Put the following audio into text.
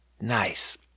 nice